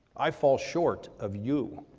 i fall short of you.